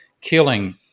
killing